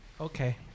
Okay